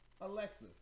Alexa